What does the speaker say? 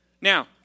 Now